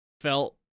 felt